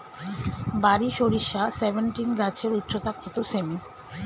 বারি সরিষা সেভেনটিন গাছের উচ্চতা কত সেমি?